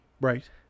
Right